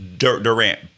Durant